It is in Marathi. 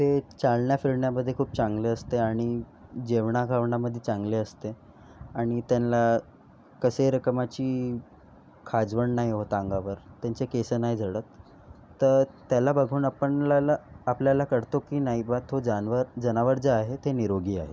ते चालण्या फिरण्यामध्ये खूप चांगले असते आणि जेवणा खावणामध्ये चांगले असते आणि त्यांना कसेही रकमाची खाजवण नाही होत अंगावर त्यांचे केस नाही झडत तर त्याला बघून आपणलाला आपल्याला कळतो की नाही बा तो जानवर जनावर जे आहे ते निरोगी आहे